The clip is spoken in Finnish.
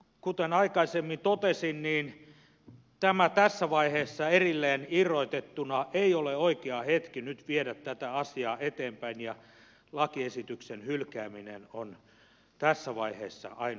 kuten aikaisemmin totesin tämä tässä vaiheessa erilleen irrotettuna ei ole oikea hetki nyt viedä tätä asiaa eteenpäin ja lakiesityksen hylkääminen on tässä vaiheessa ainoa mahdollisuus